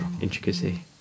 intricacy